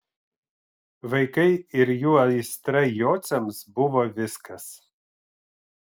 vaikai ir jų aistra jociams buvo viskas